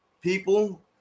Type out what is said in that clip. people